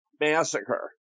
massacre